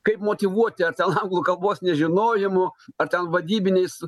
kaip motyvuoti ar ten anglų kalbos nežinojimu ar ten vadybiniais